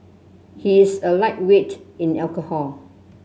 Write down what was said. he is a lightweight in alcohol